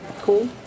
cool